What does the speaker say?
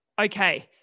Okay